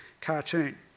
cartoon